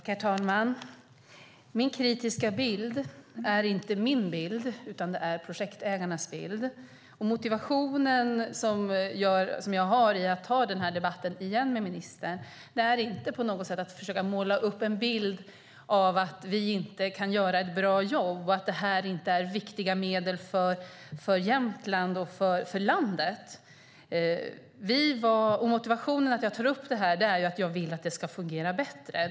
Herr talman! Min kritiska bild är inte min bild, utan det är projektägarnas bild. Motivationen jag har för att ta denna debatt igen med ministern är inte på något sätt att försöka måla upp en bild av att vi inte kan göra ett bra jobb och att detta inte är viktiga medel för Jämtland och för landet. Motivationen jag har för att ta upp detta är att jag vill att det ska fungera bättre.